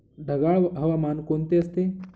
ढगाळ हवामान कोणते असते?